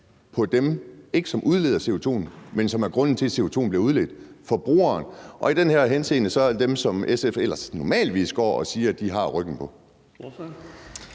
for dem, som udleder CO2'en, men dem, som er grunden til, at CO2'en blev udledt: forbrugerne. Og det er i den her henseende så dem, som SF ellers normalt ville skåne og sige at de har ryggen på.